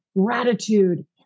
gratitude